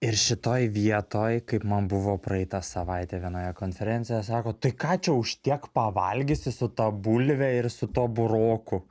ir šitoj vietoj kaip man buvo praeitą savaitę vienoje konferencijoje sako tai ką čia už tiek pavalgysi su ta bulve ir su tuo buroku